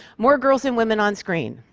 more girls and women on-screen,